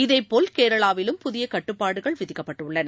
இதேபோல் கேரளாவிலும் புதிய கட்டுப்பாடுகள் விதிக்கப்பட்டுள்ளன